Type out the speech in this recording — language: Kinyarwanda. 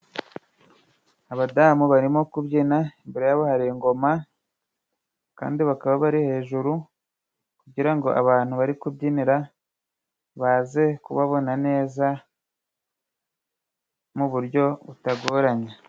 Abadamu barimo kubyina, hari ingoma kandi bakaba bari hejuru kugira ngo abantu bari kubyinira, baze kubabona neza mu buryo butagoranye.